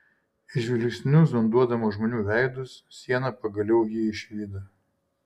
žvilgsniu zonduodama žmonių veidus siena pagaliau jį išvydo